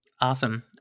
Awesome